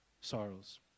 sorrows